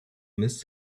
miss